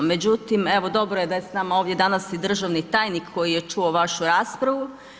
Međutim, evo dobro je da je s nama ovdje danas i državni tajnik koji je čuo vašu raspravu.